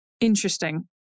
Interesting